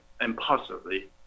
impossibly